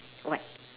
what